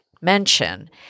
mention